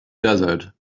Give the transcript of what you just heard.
desert